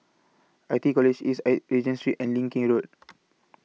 I T E College East An Regent Street and Leng Kee Road